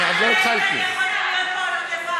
אני עוד לא התחלתי.